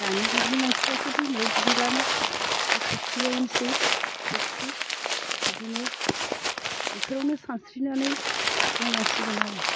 दानि जुगनि मानसिफ्राथ' दैमायाव दुगैलानो बे फख्रियावनोसै फख्रि बिदिनो बेफोरावनो सानस्रिनानै रोंनांसिगोन आरो